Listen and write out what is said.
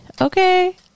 Okay